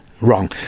wrong